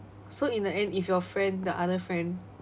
so in the end if your friend the other friend